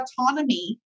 autonomy